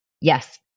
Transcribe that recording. Yes